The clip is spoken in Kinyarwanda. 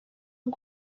bwe